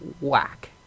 whack